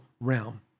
realm